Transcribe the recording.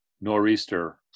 nor'easter